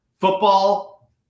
football